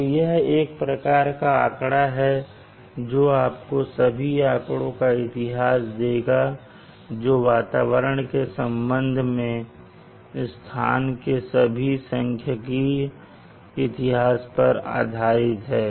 तो यह एक प्रकार का आंकड़ा है जो आपको सभी आँकड़ों का इतिहास देगा जो वातावरण के संबंध में स्थान के सभी सांख्यिकीय इतिहास पर आधारित है